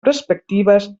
perspectives